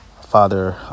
Father